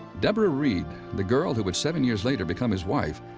deborah reed, the girl who would seven years later become his wife,